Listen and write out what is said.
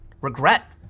regret